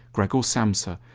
gregor samsa,